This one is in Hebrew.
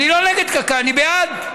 אני לא נגד קק"ל, אני בעד.